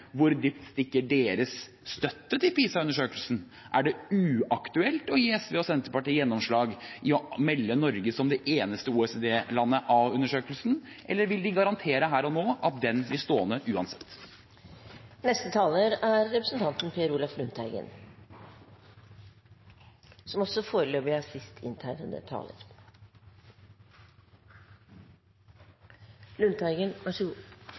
deres støtte til PISA-undersøkelsen stikker. Er det uaktuelt å gi SV og Senterpartiet gjennomslag for å melde Norge av undersøkelsen, som det eneste OECD-landet – vil de garantere her og nå at den blir stående, uansett? For Senterpartiet er